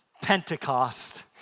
Pentecost